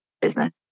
business